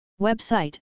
Website